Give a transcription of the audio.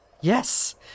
yes